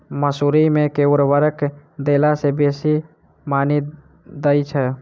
मसूरी मे केँ उर्वरक देला सऽ बेसी मॉनी दइ छै?